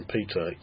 Peter